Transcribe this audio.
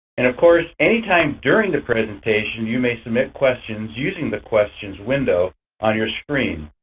and, of course, any time during the presentation you may submit questions using the questions window on your screen.